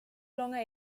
longer